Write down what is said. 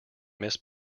miss